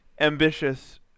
ambitious